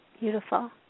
Beautiful